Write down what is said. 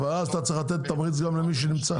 אבל אז אתה צריך לתת תמריץ גם למי שנמצא,